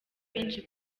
benshi